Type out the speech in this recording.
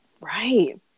right